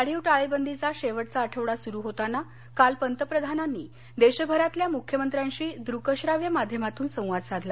वाढीव टाळेबंदीचा शेवटचा आठवडा सुरू होताना काल पंतप्रधानांनी देशभरातल्या मुख्यमंत्र्यांशी दृकश्राव्य माध्यमातून संवाद साधला